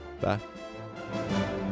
Bye